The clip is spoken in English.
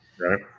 Right